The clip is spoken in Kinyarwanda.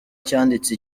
cyanditse